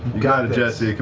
got it jessie,